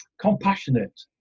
compassionate